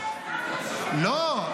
--- לא.